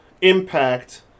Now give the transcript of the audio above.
Impact